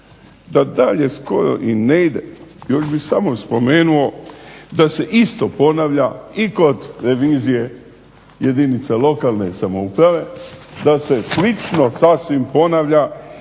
Da dalje skoro i ne idem. Još bih samo spomenuo da se isto ponavlja i kod revizije jedinica lokalne samouprave, da se slično sasvim ponavlja